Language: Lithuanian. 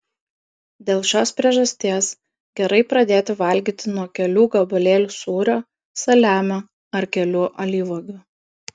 dėl šios priežasties gerai pradėti valgyti nuo kelių gabalėlių sūrio saliamio ar kelių alyvuogių